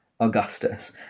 Augustus